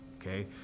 okay